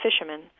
fishermen